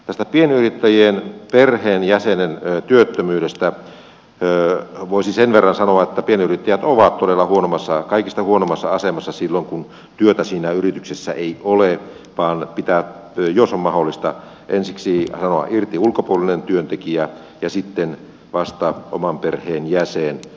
tästä pienyrittäjien perheenjäsenen työttömyydestä voisi sen verran sanoa että pienyrittäjät ovat todella kaikista huonoimmassa asemassa silloin kun työtä siinä yrityksessä ei ole vaan pitää jos on mahdollista ensiksi sanoa irti ulkopuolinen työntekijä ja sitten vasta oman perheen jäsen